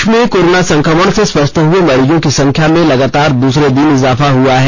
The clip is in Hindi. देश में कोरोना संक्रमण से स्वस्थ हुए मरीजों की संख्या में लगातार दूसरे दिन इजाफा हुआ है